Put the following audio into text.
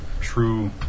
True